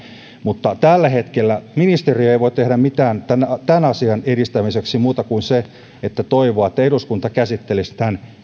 mutta tällä hetkellä ministeriö ei voi tehdä mitään muuta tämän asian edistämiseksi kuin toivoa että eduskunta käsittelisi tämän